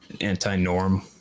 anti-norm